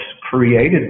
created